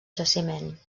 jaciment